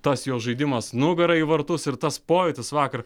tas jo žaidimas nugara į vartus ir tas pojūtis vakar